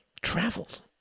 traveled